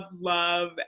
love